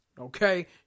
okay